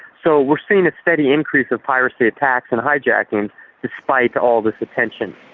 so we're seeing a steady increase of piracy attacks and hijacking despite all this attention.